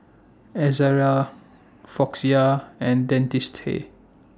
Ezerra Floxia and Dentiste